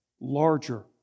Larger